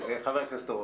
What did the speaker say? בבקשה, חבר הכנסת הורוביץ.